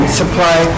supply